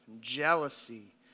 jealousy